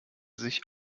sich